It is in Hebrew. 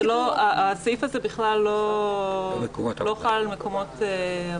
הסעיף הזה בכלל לא חל על מקומות עבודה.